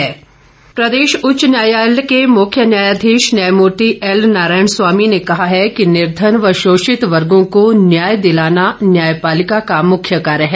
मुख्य न्यायाधीश प्रदेश उच्च न्यायालय के मुख्य न्यायाधीश न्यायमूर्ति एल नारायण स्वामी ने कहा है कि निर्धन व शोषित वर्गो को न्याय दिलाना न्यायपालिका का मुख्य कार्य है